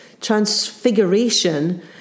transfiguration